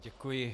Děkuji.